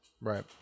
Right